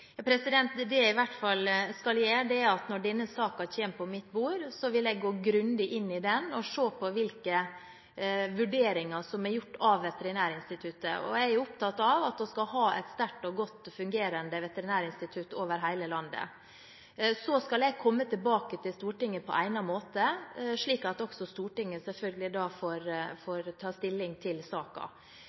det gjeld veterinærtenester? Når denne saken kommer på mitt bord, vil jeg i alle fall gå grundig inn i den og se på hvilke vurderinger som er gjort av Veterinærinstituttet. Jeg er opptatt av at vi skal ha et sterkt og godt fungerende veterinærinstitutt over hele landet. Så skal jeg selvfølgelig komme tilbake til Stortinget på egnet måte, slik at også Stortinget får ta stilling til